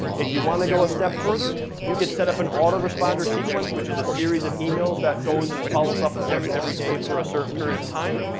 if you wanna go a step further, you could setup an auto responder sequence, which is a series of emails that goes and follows up with them everyday for a certain period of time.